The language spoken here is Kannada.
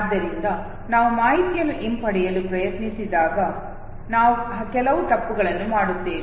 ಆದ್ದರಿಂದ ನಾವು ಮಾಹಿತಿಯನ್ನು ಹಿಂಪಡೆಯಲು ಪ್ರಯತ್ನಿಸಿದಾಗ ನಾವು ಕೆಲವು ತಪ್ಪುಗಳನ್ನು ಮಾಡುತ್ತೇವೆ